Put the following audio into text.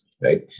right